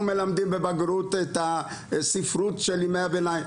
מלמדים בבגרות את הספרות של ימי הביניים".